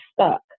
stuck